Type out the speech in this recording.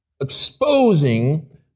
exposing